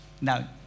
Now